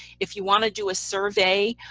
if you want to do a survey,